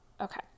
Okay